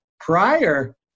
prior